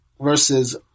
versus